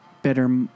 Better